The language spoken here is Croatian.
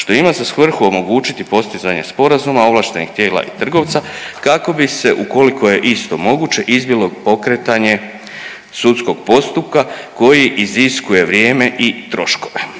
što ima za svrhu omogućiti postizanje sporazuma ovlaštenih tijela i trgovca kako bi se ukoliko je isto moguće izbjeglo pokretanje sudskog postupka koji iziskuje vrijeme i troškove.